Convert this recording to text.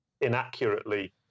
inaccurately